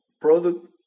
product